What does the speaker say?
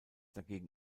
dagegen